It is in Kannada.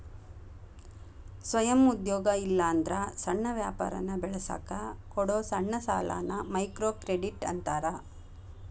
ಸ್ವಯಂ ಉದ್ಯೋಗ ಇಲ್ಲಾಂದ್ರ ಸಣ್ಣ ವ್ಯಾಪಾರನ ಬೆಳಸಕ ಕೊಡೊ ಸಣ್ಣ ಸಾಲಾನ ಮೈಕ್ರೋಕ್ರೆಡಿಟ್ ಅಂತಾರ